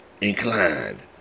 Inclined